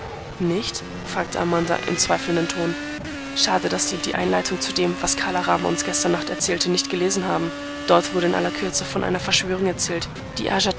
nicht fragte amanda im zweifelnden ton schade daß sie die einleitung zu dem was kala rama uns gestern nacht erzählte nicht gelesen haben dort wurde in aller kürze von einer verschwörung erzählt die